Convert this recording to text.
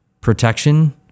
protection